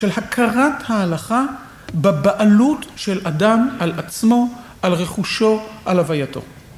של הכרת ההלכה בבעלות של אדם על עצמו על רכושו על הווייתו